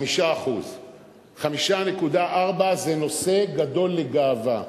5%. 5.4% זה נושא גדול לגאווה,